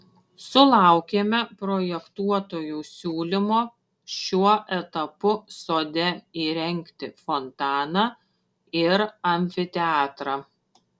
sulaukėme projektuotojų siūlymo šiuo etapu sode įrengti fontaną ir amfiteatrą